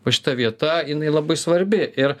va šita vieta jinai labai svarbi ir